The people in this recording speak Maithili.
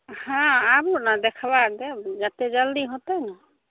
हँ आबू ने देखबा देब जतेक जल्दी हेतै ने